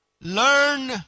learn